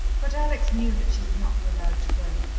but alex knew that she would not be allowed to go,